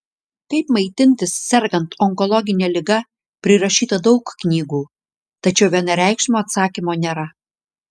kaip maitintis sergant onkologine liga prirašyta daug knygų tačiau vienareikšmio atsakymo nėra